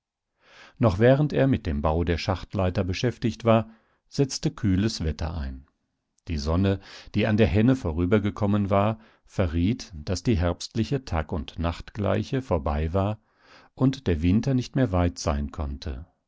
noch während er mit dem bau der schachtleiter beschäftigt war setzte kühles wetter ein die sonne die an der henne vorübergekommen war verriet daß die herbstliche tagundnachtgleiche vorbei war und der winter nicht mehr weit sein konnte